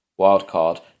Wildcard